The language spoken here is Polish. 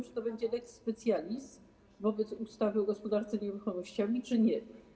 Czy to będzie lex specialis wobec ustawy o gospodarce nieruchomościami, czy nie?